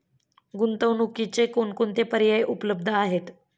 गुंतवणुकीचे कोणकोणते पर्याय उपलब्ध आहेत?